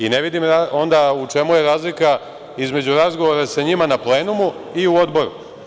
Onda, u čemu je razlika između razgovora sa njima na plenumu i u Odboru?